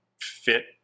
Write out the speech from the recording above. fit